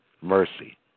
mercy